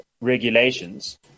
regulations